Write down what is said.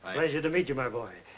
pleasure to meet you, my boy.